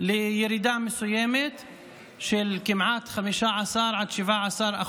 לירידה מסוימת של כמעט 15% עד 17%,